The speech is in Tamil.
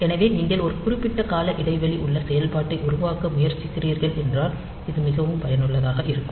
எனவே நீங்கள் ஒரு குறிப்பிட்ட கால இடைவெளி உள்ள செயல்பாட்டை உருவாக்க முயற்சிக்கிறீர்கள் என்றால் இது மிகவும் பயனுள்ளதாக இருக்கும்